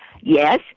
Yes